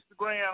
Instagram